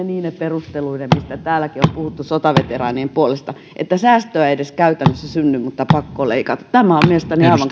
niine perusteluineen mitä täälläkin on puhuttu sotaveteraanien puolesta se voi olla niin että säästöä ei edes käytännössä synny mutta pakko on leikata tämä on mielestäni aivan